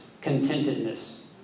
contentedness